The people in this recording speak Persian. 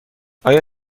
آیا